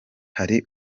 hari